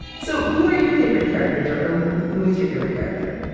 so who are your favorite characters, or who is your favorite character?